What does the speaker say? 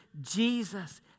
Jesus